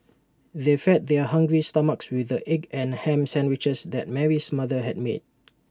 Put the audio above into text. they fed their hungry stomachs with the egg and Ham Sandwiches that Mary's mother had made